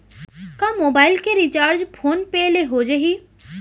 का मोबाइल के recharge phone पे ले हो जाही?